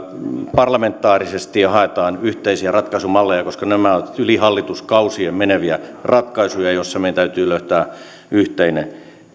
parlamentaarisesti ja haetaan yhteisiä ratkaisumalleja koska nämä ovat yli hallituskausien meneviä ratkaisuja joissa meidän täytyy löytää yhteinen